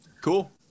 Cool